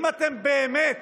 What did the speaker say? אם אתם באמת